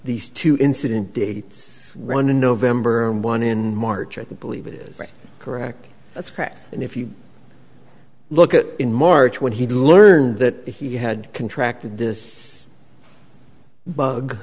these two incident dates run in november and one in march at the believe it is correct that's correct and if you look at in march when he learned that he had contract this bug